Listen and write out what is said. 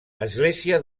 església